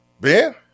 Ben